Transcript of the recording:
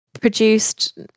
produced